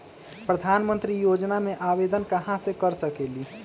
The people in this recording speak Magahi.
प्रधानमंत्री योजना में आवेदन कहा से कर सकेली?